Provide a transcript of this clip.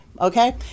okay